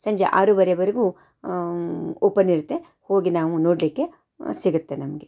ಸಂಜೆ ಆರೂವರೆವರೆಗೂ ಓಪನ್ ಇರುತ್ತೆ ಹೋಗಿ ನಾವು ನೋಡಲಿಕ್ಕೆ ಸಿಗುತ್ತೆ ನಮಗೆ